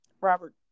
robert